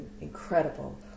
incredible